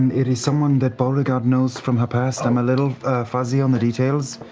and it is someone that beauregard knows from her past, i'm a little fuzzy on the details.